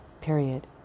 Period